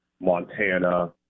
Montana